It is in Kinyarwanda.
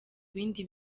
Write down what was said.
bindi